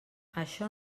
això